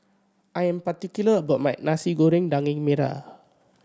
I am particular about my Nasi Goreng Daging Merah